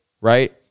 right